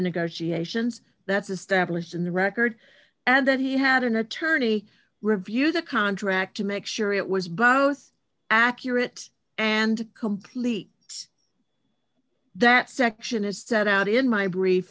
negotiations that's established in the record and that he had an attorney review the contract to make sure it was both accurate and complete that section is set out in my brief